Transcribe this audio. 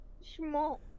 Small